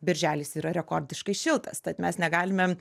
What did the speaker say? birželis yra rekordiškai šiltas tad mes negalime